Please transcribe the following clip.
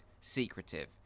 secretive